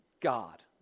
God